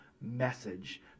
message